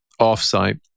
offsite